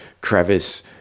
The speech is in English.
crevice